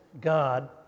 God